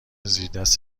زیردست